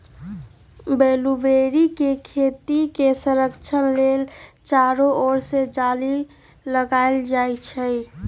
blueberry के खेती के संरक्षण लेल चारो ओर से जाली लगाएल जाइ छै